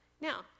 Now